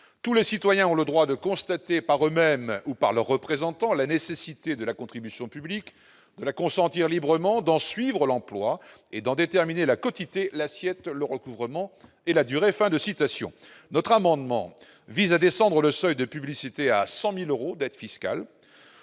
Tous les Citoyens ont le droit de constater, par eux-mêmes ou par leurs représentants, la nécessité de la contribution publique, de la consentir librement, d'en suivre l'emploi, et d'en déterminer la quotité, l'assiette, le recouvrement et la durée. » Notre amendement vise à descendre le seuil de publicité à 100 000 euros d'aide fiscale.